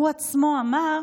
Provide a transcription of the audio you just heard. הוא עצמו אמר: